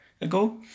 ago